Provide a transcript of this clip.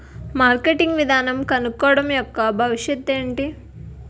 Marketing విధానం కనుక్కోవడం యెక్క భవిష్యత్ ఏంటి?